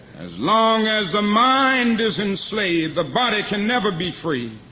as long as the mind is enslaved, the body can never be free.